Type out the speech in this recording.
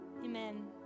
Amen